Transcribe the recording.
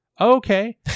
okay